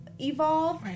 evolve